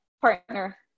partner